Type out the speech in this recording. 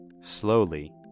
Slowly